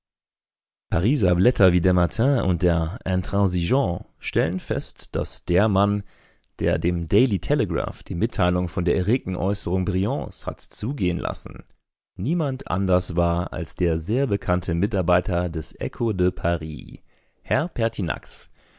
pariser blätter wie der matin und der intransigeant stellen fest daß der mann der dem daily telegraph die mitteilung von der erregten äußerung briands hat zugehen lassen niemand anders war als der sehr bekannte mitarbeiter des echo de paris herr